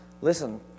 listen